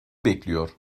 bekliyor